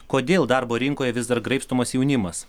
kodėl darbo rinkoje vis dar graibstomas jaunimas